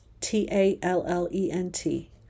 T-A-L-L-E-N-T